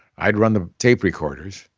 i'd run the tape recorders,